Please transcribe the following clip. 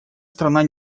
страна